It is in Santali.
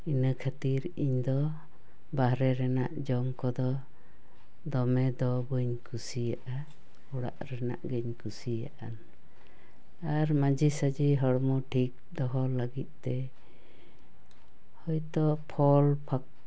ᱤᱱᱟᱹ ᱠᱷᱟᱹᱛᱤᱨ ᱤᱧ ᱫᱚ ᱵᱟᱨᱦᱮ ᱨᱟᱱᱟᱜ ᱡᱚᱢ ᱠᱚᱫᱚ ᱫᱚᱢᱮ ᱫᱚ ᱵᱟᱹᱧ ᱠᱩᱥᱤᱭᱟᱜᱼᱟ ᱚᱲᱟᱜ ᱨᱮᱱᱟᱜ ᱜᱮᱧ ᱠᱩᱥᱤᱭᱟᱜᱼᱟ ᱟᱨ ᱢᱟᱡᱷᱮ ᱥᱟᱡᱷᱮ ᱦᱚᱲᱢᱚ ᱴᱷᱤᱠ ᱫᱚᱦᱚ ᱞᱟᱹᱜᱤᱫ ᱛᱮ ᱦᱳᱭᱛᱳ ᱯᱷᱚᱞ